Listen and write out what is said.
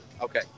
Okay